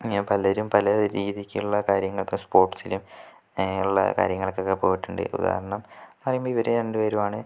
അങ്ങനെ പലരും പല രീതിക്കും ഉള്ള കാര്യങ്ങൾ സ്പോർട്സിലും അങ്ങനെയുള്ള കാര്യങ്ങൾക്കൊക്കെ പോയിട്ട് ഉദാഹരണം പറയുമ്പോ ഇവര് രണ്ടു പേരുമാണ്